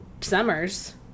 summers